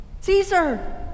Caesar